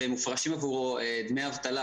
ומופרשים עבורו דמי אבטלה,